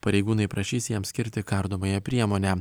pareigūnai prašys jam skirti kardomąją priemonę